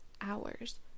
hours